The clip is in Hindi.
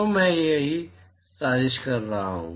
तो मैं यही साजिश कर रहा हूं